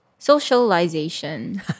socialization